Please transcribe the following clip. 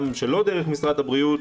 גם שלא דרך משרד הבריאות,